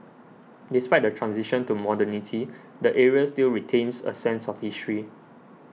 despite the transition to modernity the area still retains a sense of history